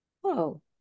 whoa